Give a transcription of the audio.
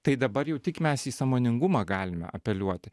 tai dabar jau tik mes į sąmoningumą galime apeliuoti